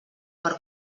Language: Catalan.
per